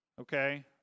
Okay